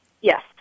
Yes